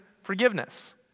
forgiveness